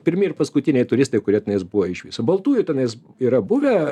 pirmi ir paskutiniai turistai kurie tenais buvo iš viso baltųjų tenais yra buvę